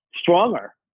stronger